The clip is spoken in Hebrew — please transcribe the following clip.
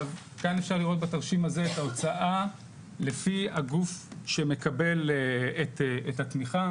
כאן אפשר לראות בתרשים הזה את ההוצאה לפי הגוף שמקבל את התמיכה,